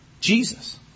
Jesus